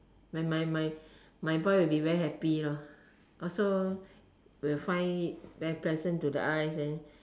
when my my my boy will be very happy lor also will find very pleasant to the eyes then